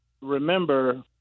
remember